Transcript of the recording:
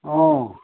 অ